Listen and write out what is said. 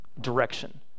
direction